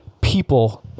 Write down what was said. People